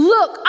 Look